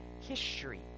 history